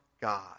God